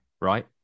right